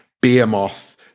behemoth